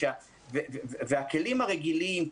הכלים הרגילים,